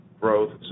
growth